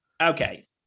Okay